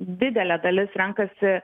didelė dalis renkasi